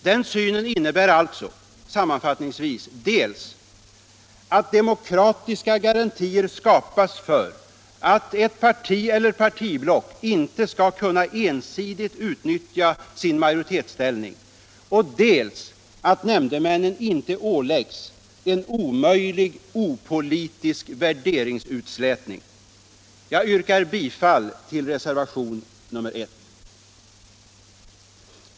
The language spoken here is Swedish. Den synen innebär alltså sammanfattningsvis dels att demokratiska garantier skapas för att ett parti eller partiblock inte skall kunna ensidigt utnyttja sin majoritetsställning, de/s att nämndemännen inte åläggs en omöjlig opolitisk värderingsutslätning. Jag yrkar bifall till reservationen 1.